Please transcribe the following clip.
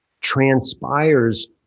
transpires